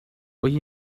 hoy